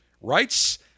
rights